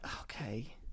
okay